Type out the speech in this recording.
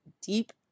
deep